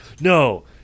no